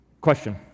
question